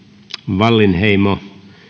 wallinheimo